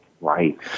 Right